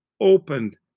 opened